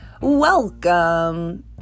Welcome